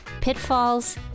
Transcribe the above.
pitfalls